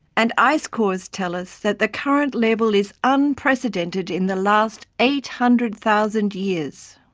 and ice-cores tell us that the current level is unprecedented in the last eight hundred thousand years,